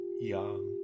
young